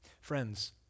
Friends